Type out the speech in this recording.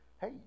hey